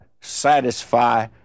satisfy